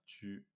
tu